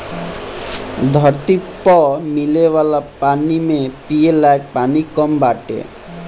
धरती पअ मिले वाला पानी में पिये लायक पानी कम बाटे